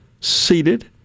seated